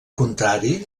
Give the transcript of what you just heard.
contrari